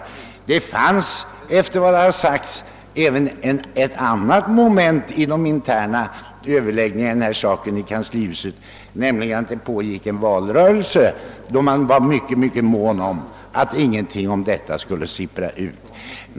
Men det fanns, enligt vad som har sagts, också ett annat moment i de interna överläggningarna i den här saken i kanslihuset, nämligen en valrörelse, och man var mycket mån om att ingenting om denna affär skulle sippra ut.